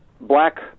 black